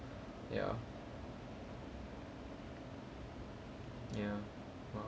ya ya